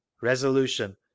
resolution